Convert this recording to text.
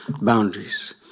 boundaries